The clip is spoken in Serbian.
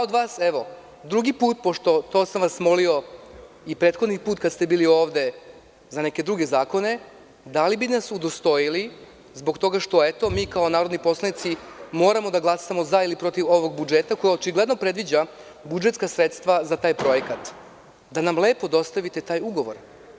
Od vas drugi put, jer sam vas to molio i prethodni put kada ste bili ovde za neke druge zakone, da nas udostojite, zbog toga što kao narodni poslanici moramo da glasamo za ili protiv ovog budžeta, koji očigledno predviđa budžetska sredstva za taj projekat, da nam lepo dostavite taj ugovor.